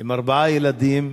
עם ארבעה ילדים,